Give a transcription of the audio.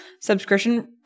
subscription